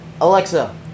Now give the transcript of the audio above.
Alexa